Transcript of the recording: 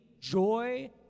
joy